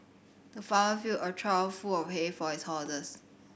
the farmer filled a trough full of hay for his horses